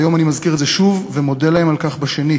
והיום אני מזכיר את זה שוב ומודה להם על כך בשנית.